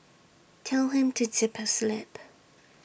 tell him to zip his lip